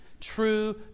True